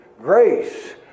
grace